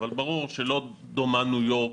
אבל ברור שלא דומה ניו יורק,